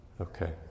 Okay